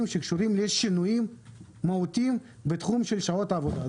שקשורים לשינויים מהותיים בתחום שעות עבודה.